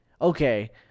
Okay